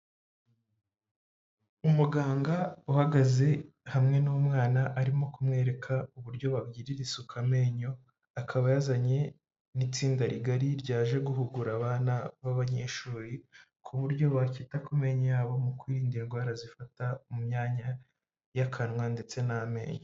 Umuganga uhagaze hamwe n'umwana arimo kumwereka uburyo bagirira isuku amenyo, akaba yazanye n'itsinda rigari ryaje guhugura abana b'abanyeshuri ku buryo bakita ku menyo yabo mu kwirinda indwara zifata mu myanya y'akanwa ndetse n'amenyo.